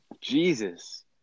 Jesus